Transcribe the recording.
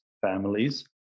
families